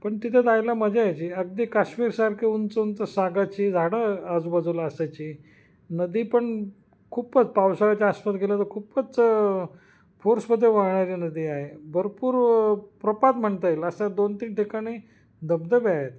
पण तिथे जायला मजा यायची अगदी काश्मीरसारखे उंच उंच सागाची झाडं आजूबाजूला असायची नदी पण खूपच पावसाळ्याच्या आसपास गेलं तर खूपच फोर्समध्ये वाहणारी नदी आहे भरपूर प्रपात म्हणता येईल असा दोन तीन ठिकाणी धबधबे आहेत